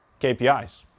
KPIs